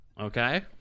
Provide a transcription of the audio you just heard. Okay